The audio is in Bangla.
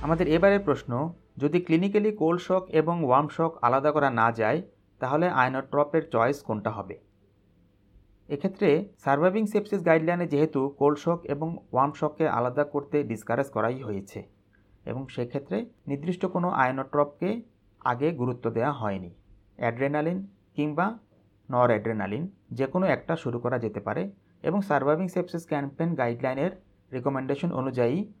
আমাদের এবারের প্রশ্ন, যদি clinically cold shock এবং warm shock আলাদা করা না যায়, তাহলে inotrope-র choice কোনটা হবে? এক্ষেত্রে সারভাইভিং সেপসিস guideline-এ যেহেতু cold shock এবং warm shock-কে আলাদা করতে discourage করাই হয়েছে এবং সেক্ষেত্রে নির্দিষ্ট কোনো inotrope-কে আগে গুরুত্ব দেয়া হয়নি। adrenaline কিংবা noradrenaline যেকোনো একটা শুরু করা যেতে পারে এবং সারভাইভিং সেপসিস ক্যাম্পেইন guideline-এর recommendation অনুযায়ী